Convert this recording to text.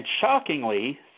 shockingly